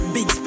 Big